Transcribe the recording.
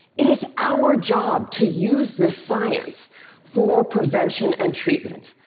it is our job to use this science for prevention and treatment.